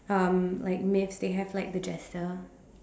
um like myths they have like the Jester